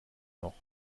noch